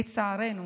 לצערנו,